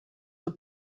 were